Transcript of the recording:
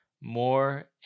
more